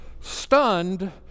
Stunned